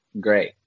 great